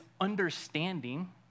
understanding